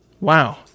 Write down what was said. Wow